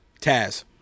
Taz